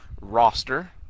roster